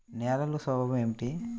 నేలల స్వభావం ఏమిటీ?